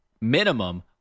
minimum